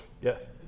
Yes